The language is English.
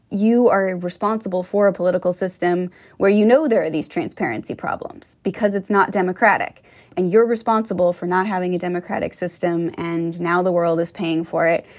you are responsible for a political system where, you know, there are these transparency problems because it's not democratic and you're responsible for not having a democratic system. and now the world is paying for it.